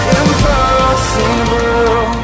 impossible